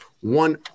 one